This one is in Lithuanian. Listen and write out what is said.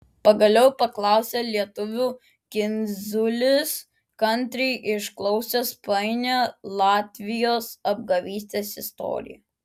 pagaliau paklausė lietuvių kindziulis kantriai išklausęs painią latvijos apgavystės istoriją